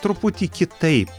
truputį kitaip